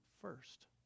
first